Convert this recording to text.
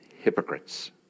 hypocrites